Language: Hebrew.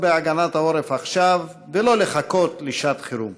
בהגנת העורף עכשיו ולא לחכות לשעת חירום.